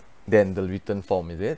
than the written form is it